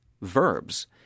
verbs